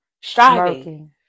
striving